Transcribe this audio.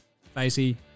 Facey